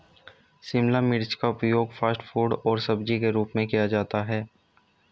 शिमला मिर्च का उपयोग फ़ास्ट फ़ूड और सब्जी के रूप में किया जाता है